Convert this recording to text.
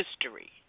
history